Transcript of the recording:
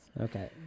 Okay